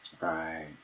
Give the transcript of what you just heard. right